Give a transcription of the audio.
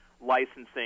licensing